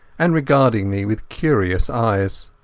and regarding me with curious eyes.